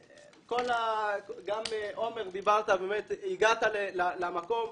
עומר, באמת הגעת למקום.